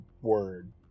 word